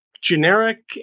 generic